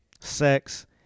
sex